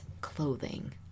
clothing